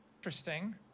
Interesting